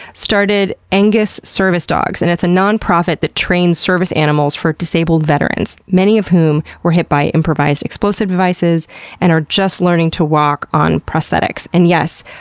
started argus service dogs, and it's a non-profit that trains service animals for disabled veterans, many of whom were hit by improvised explosive devices and are just learning to walk on prosthetics. and yes,